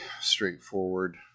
straightforward